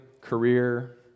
career